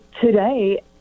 today